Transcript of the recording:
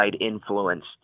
influence